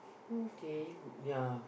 okay ya